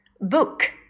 Book